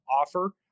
offer